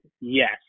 yes